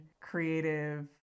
creative